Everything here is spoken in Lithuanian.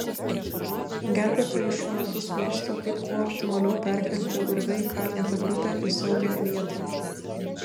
gelbėtojai šiuo metu svarsto kaip kuo optimaliau perkelti urve įkalintą grupę į saugią vietą